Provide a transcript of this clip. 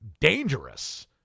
dangerous